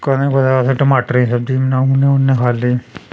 कदें कदें अस टमाटरें सब्जी बी बनाउने होन्ने खाल्ली